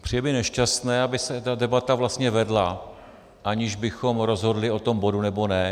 Přijde mi nešťastné, aby se ta debata vlastně vedla, aniž bychom rozhodli o tom bodu, nebo ne.